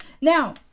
now